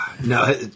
No